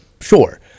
Sure